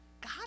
God